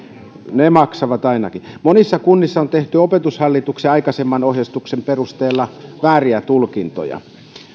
ne maksavat ainakin monissa kunnissa on tehty opetushallituksen aikaisemman ohjeistuksen perusteella vääriä tulkintoja